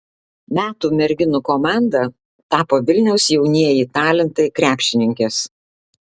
metų merginų komanda tapo vilniaus jaunieji talentai krepšininkės